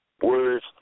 words